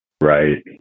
Right